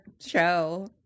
show